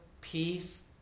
peace